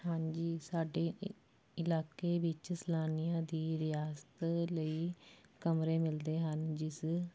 ਹਾਂਜੀ ਸਾਡੇ ਇ ਇਲਾਕੇ ਵਿੱਚ ਸੈਲਾਨੀਆਂ ਦੀ ਰਿਹਾਸਤ ਲਈ ਕਮਰੇ ਮਿਲਦੇ ਹਨ ਜਿਸ